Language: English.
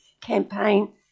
campaign